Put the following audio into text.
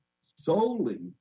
solely